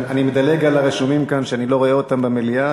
אני מדלג על הרשומים כאן שאני לא רואה אותם במליאה.